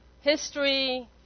History